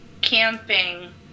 camping